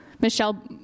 Michelle